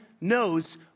knows